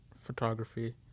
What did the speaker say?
photography